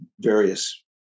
various